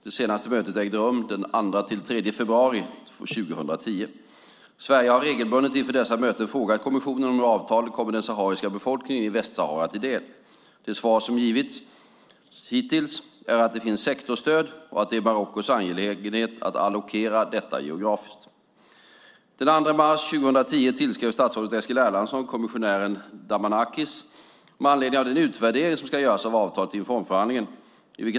Det senaste mötet ägde rum den 2-3 februari 2010. Sverige har regelbundet inför dessa möten frågat kommissionen hur avtalet kommer den sahariska befolkningen i Västsahara till del. Det svar som har givits hittills är att det finns sektorsstöd och att det är Marockos angelägenhet att allokera detta geografiskt. Den 2 mars 2010 tillskrev statsrådet Eskil Erlandsson kommissionären Damanakis med anledning av den utvärdering som ska göras av avtalet inför omförhandlingen.